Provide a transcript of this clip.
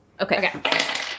Okay